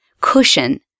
cushion